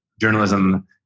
journalism